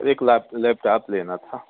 एक लेप लैपटॉप लेना था